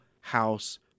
house